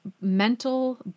mental